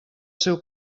seu